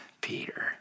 Peter